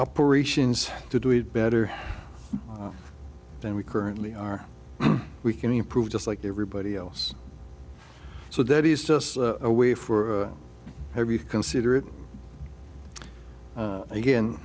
operations to do it better than we currently are we can improve just like everybody else so that is just a way for every considerate again